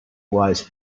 was